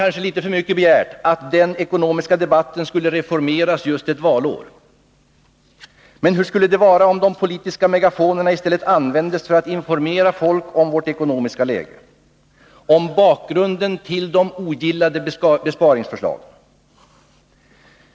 Det är kanske för mycket begärt att den ekonomiska debatten skulle reformeras just ett valår. Men hur skulle det vara om de politiska megafonerna i stället användes för att informera folket om vårt ekonomiska läge, om bakgrunden till de besparingsförslag som ogillas?